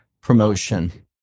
promotion